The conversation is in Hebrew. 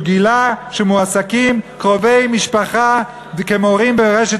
גילה שמועסקים קרובי משפחה כמורים ברשת.